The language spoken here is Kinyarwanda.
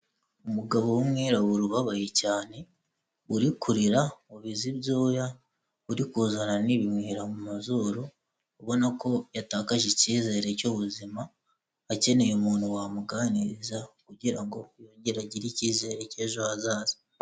Umugabo w'umwirabura ubabaye cyane uri kurira, wabize ibyuya, uri kuzana n'ibimwira mu mazuru, ubona ko yatakaje icyizere cy'ubuzima, akeneye umuntu wamuganiriza kugira ngo yongere agire icyizere cy'ejo hazaza.